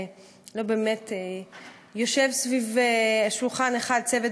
ולא באמת יושב סביב שולחן אחד צוות